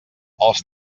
els